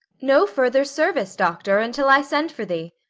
no further service, doctor, until i send for thee.